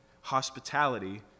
Hospitality